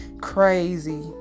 crazy